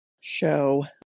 show